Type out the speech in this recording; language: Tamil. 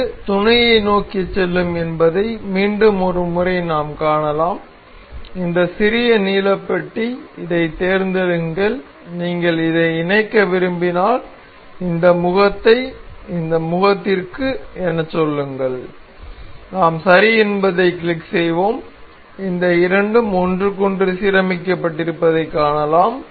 இது துணையை நோக்கிச் செல்லும் என்பதை மீண்டும் ஒரு முறை நாம் காணலாம் இந்த சிறிய நீல பெட்டி இதைத் தேர்ந்தெடுங்கள் நீங்கள் இதை இணைக்க விரும்பினால் இந்த முகத்தை இந்த முகத்திற்கு எனச் சொல்லுங்கள் நாம் சரி என்பதைக் கிளிக் செய்வோம் இந்த இரண்டும் ஒன்றுக்கொன்று சீரமைக்கப்பட்டிருப்பதைக் காணலாம்